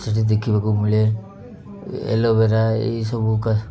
ସେଇଠି ଦେଖିବାକୁ ମିଳେ ଏଲୋଭେରା ଏଇ ସବୁ କା